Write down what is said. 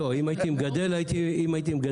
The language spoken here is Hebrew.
אם הייתי מגדל הייתי אומר.